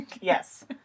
yes